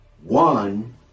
one